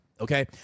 okay